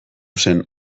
zen